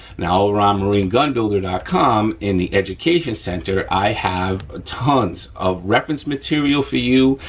now, over on marinegunbuilder dot com in the education center i have ah tons of reference material for you,